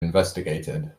investigated